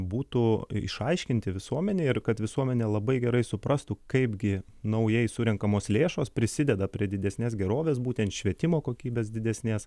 būtų išaiškinti visuomenei ir kad visuomenė labai gerai suprastų kaipgi naujai surenkamos lėšos prisideda prie didesnės gerovės būtent švietimo kokybės didesnės